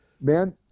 man